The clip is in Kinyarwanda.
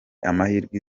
amahirwe